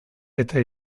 edo